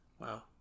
Wow